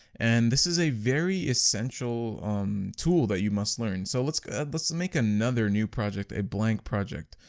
and this is a very essential tool that you must learn so let's go let's make another new project a blank project,